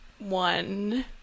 One